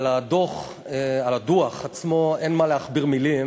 על הדוח עצמו אין מה להכביר מילים.